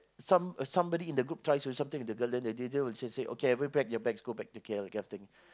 some uh somebody in the group try to do something to the girl then the leader will just say okay everybody pack their bags go back to K_L that kind of thing